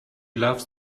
loves